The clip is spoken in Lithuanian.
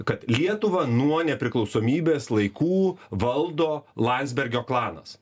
kad lietuvą nuo nepriklausomybės laikų valdo landsbergio klanas